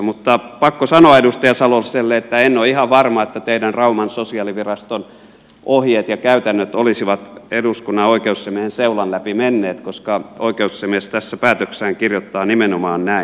mutta on pakko sanoa edustaja saloselle että en ole ihan varma että teidän rauman sosiaaliviraston ohjeet ja käytännöt olisivat eduskunnan oikeusasiamiehen seulan läpi menneet koska oikeusasiamies tässä päätöksessään kirjoittaa nimenomaan näin